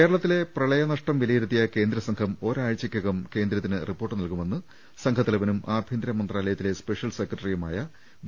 കേരളത്തിലെ പ്രളയ നഷ്ടം വിലയിരുത്തിയ കേന്ദ്ര സംഘം ഒരാഴ്ച്ചക്കകം കേന്ദ്രത്തിന് റിപ്പോർട്ട് നൽകുമെന്ന് സംഘത്തലവനും ആഭ്യന്തര മന്ത്രാലയത്തിലെ സ്പെഷ്യൽ സെക്രട്ടറിയുമായ ബി